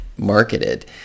marketed